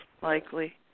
likely